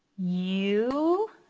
u